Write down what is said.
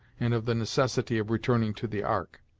and of the necessity of returning to the ark.